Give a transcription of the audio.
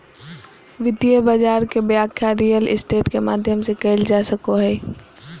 वित्तीय बाजार के व्याख्या रियल स्टेट के माध्यम से कईल जा सको हइ